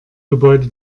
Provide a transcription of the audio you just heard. gebäude